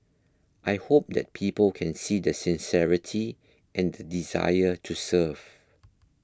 I hope that people can see the sincerity and the desire to serve